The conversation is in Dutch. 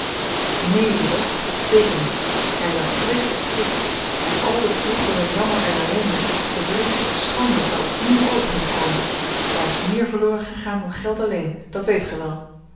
neen rudolf zeker niet hij zou vreeselijk schrikken en al de vroegere jammer en ellende de vrees voor schande zou opnieuw over hem komen daar is meer verloren gegaan dan geld alleen dat weet gij wel